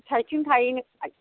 साइडथिं थायो नोंलाय